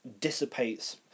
dissipates